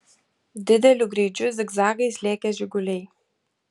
dideliu greičiu zigzagais lėkė žiguliai